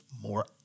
more